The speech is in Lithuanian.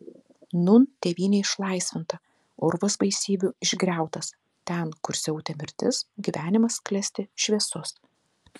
nūn tėvynė išlaisvinta urvas baisybių išgriautas ten kur siautė mirtis gyvenimas klesti šviesus